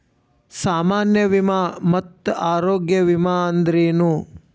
ಸಾಮಾನ್ಯ ವಿಮಾ ಮತ್ತ ಆರೋಗ್ಯ ವಿಮಾ ಅಂದ್ರೇನು?